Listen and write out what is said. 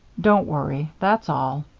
don't worry that's all.